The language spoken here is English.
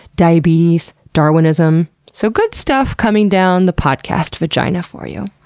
diabetes, darwinism. so good stuff coming down the podcast vagina for you.